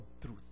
truth